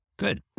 Good